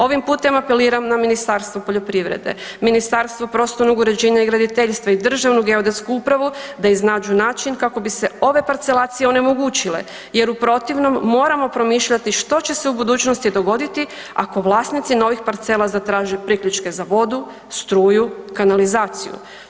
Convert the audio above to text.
Ovim putem apeliram na Ministarstvo poljoprivrede, Ministarstvo prostornog uređenja i graditeljstva i Državnu geodetsku upravu da iznađu način kako bi se ove parcelacije onemogućile jer u protivnom moramo promišljati što će se u budućnosti dogoditi ako vlasnici novih parcela zatraže priključke za vodu, struju, kanalizaciju.